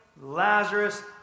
Lazarus